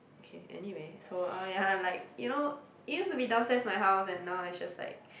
okay anyway so uh ya like you know it used to be downstairs my house and now is just like